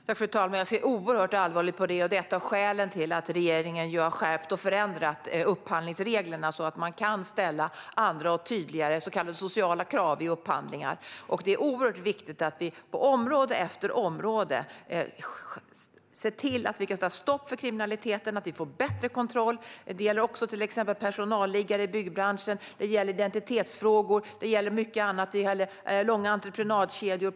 Fru talman! Jag ser oerhört allvarligt på detta. Det här är ett av skälen till att regeringen har förändrat och skärpt upphandlingsreglerna så att man kan ställa andra och tydligare krav - så kallade sociala krav - i upphandlingar. Det är viktigt att vi på område efter område kan sätta stopp för kriminaliteten och att vi får bättre kontroll. Det kan exempelvis gälla personalliggare i byggbranschen, identitetsfrågor, långa entreprenadskedjor och mycket annat.